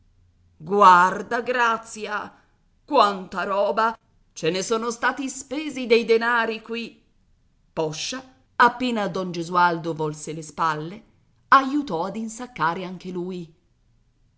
guarda grazia quanta roba ce ne sono stati spesi dei denari qui poscia appena don gesualdo volse le spalle aiutò ad insaccare anche lui